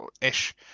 ish